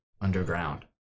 underground